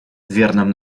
верном